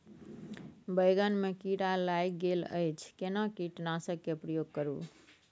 बैंगन में कीरा लाईग गेल अछि केना कीटनासक के प्रयोग करू?